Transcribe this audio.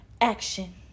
action